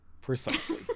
Precisely